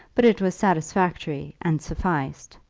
but it was satisfactory and sufficed.